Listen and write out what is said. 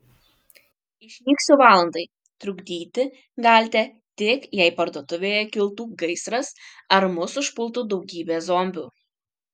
išnyksiu valandai trukdyti galite tik jei parduotuvėje kiltų gaisras ar mus užpultų daugybė zombių